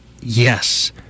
yes